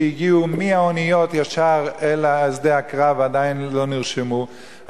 שהגיעו מהאוניות ישר אל שדה הקרב ועדיין לא נרשמו,